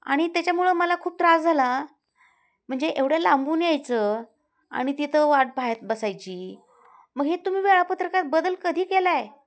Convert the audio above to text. आणि त्याच्यामुळं मला खूप त्रास झाला म्हणजे एवढं लांबून यायचं आणि तिथं वाट पाहात बसायची मग हे तुम्ही वेळापत्रकात बदल कधी केला आहे